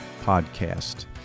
podcast